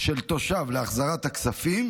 של תושב להחזרת הכספים,